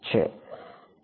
Student